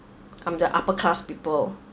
I'm the upper class people